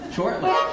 Shortly